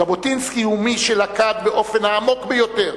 ז'בוטינסקי הוא מי שלכד באופן העמוק ביותר